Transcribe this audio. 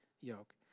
yoke